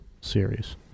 series